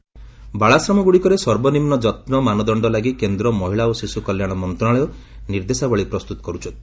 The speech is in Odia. ଡବ୍ଲ୍ୟସିଡି ଚିଲ୍ଡ୍ରେନ୍ ବାଳାଶ୍ରମଗୁଡ଼ିକରେ ସର୍ବନିମ୍ନ ଯତ୍ୱ ମାନଦଣ୍ଡ ଲାଗି କେନ୍ଦ୍ର ମହିଳା ଓ ଶିଶୁ କଲ୍ୟାଣ ମନ୍ତ୍ରଣାଳୟ ନିର୍ଦ୍ଦେଶାବଳୀ ପ୍ରସ୍ତୁତ କରୁଛନ୍ତି